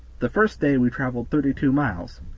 the first day we traveled thirty-two miles.